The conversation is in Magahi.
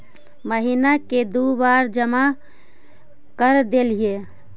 महिना मे दु बार जमा करदेहिय?